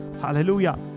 hallelujah